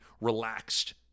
relaxed